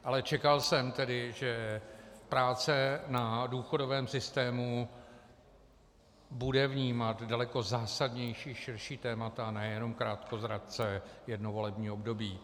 Ale čekal jsem, že práce na důchodovém systému bude vnímat daleko zásadnější, širší témata, ne jenom krátkozrace jedno volební období.